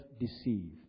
deceive